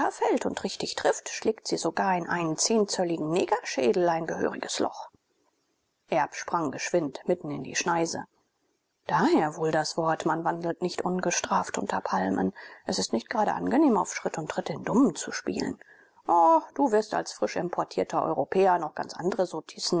und richtig trifft schlägt sie sogar in einen zehnzölligen negerschädel ein gehöriges loch erb sprang geschwind mitten in die schneise daher wohl das wort man wandelt nicht ungestraft unter palmen es ist nicht gerade angenehm auf schritt und tritt den dummen zu spielen o du wirst als frisch importierter europäer noch ganz andere